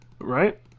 Right